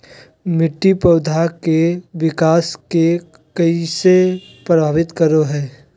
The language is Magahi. मिट्टी पौधा के विकास के कइसे प्रभावित करो हइ?